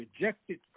rejected